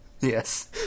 Yes